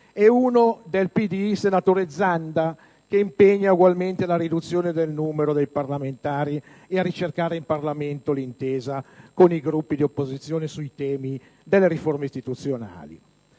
firma del senatore Zanda, che impegnava ugualmente alla riduzione del numero dei parlamentari e a «ricercare in Parlamento l'intesa con i Gruppi di opposizione sui temi delle riforme istituzionali».